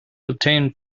obtained